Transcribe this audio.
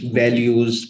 values